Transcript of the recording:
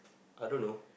I don't know